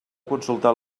consultar